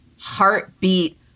heartbeat